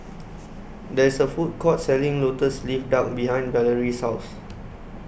There IS A Food Court Selling Lotus Leaf Duck behind Valorie's House